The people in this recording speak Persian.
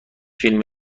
فیلم